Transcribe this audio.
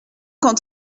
donc